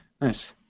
Nice